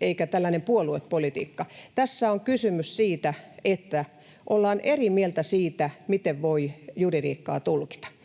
eikä puoluepolitiikka. Tässä on kysymys siitä, että ollaan eri mieltä siitä, miten voi juridiikkaa tulkita.